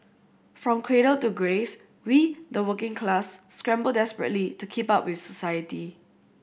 from cradle to grave we the working class scramble desperately to keep up with society